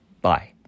Bye